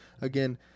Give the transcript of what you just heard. again